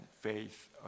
faith